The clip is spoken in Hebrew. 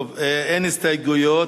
אין הסתייגויות.